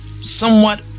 somewhat